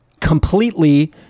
completely